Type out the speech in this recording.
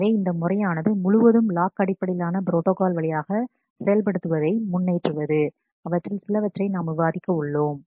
எனவே இந்த முறையானது முழுவதும் லாக் அடிப்படையிலான ப்ரோட்டாகால் வழியாக செயல்படுத்துவதை முன்னேற்றுவது அவற்றில் சிலவற்றை நாம் விவாதிக்க உள்ளோம்